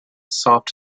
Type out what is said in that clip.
soft